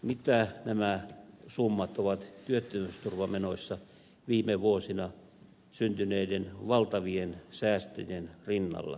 mitä nämä summat ovat työttömyysturvamenoissa viime vuosina syntyneiden valtavien säästöjen rinnalla